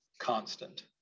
constant